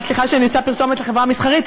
סליחה שאני עושה פרסומת לחברה מסחרית,